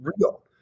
real